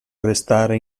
restare